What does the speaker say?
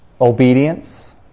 obedience